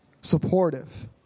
supportive